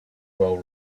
well